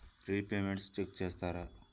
Repayments check చేస్తారా?